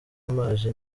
amazi